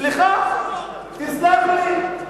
סליחה, תסלח לי.